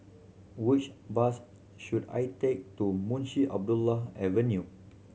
which bus should I take to Munshi Abdullah Avenue